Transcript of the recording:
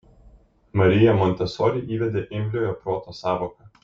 marija montesori įvedė imliojo proto sąvoką